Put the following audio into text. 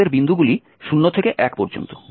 আমাদের বিন্দুগুলি 0 থেকে 1 পর্যন্ত